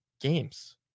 games